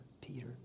Peter